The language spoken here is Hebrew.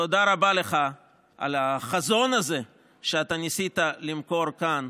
תודה רבה לך על החזון הזה שאתה ניסית למכור כאן,